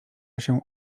się